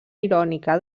irònica